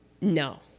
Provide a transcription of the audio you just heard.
No